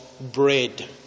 bread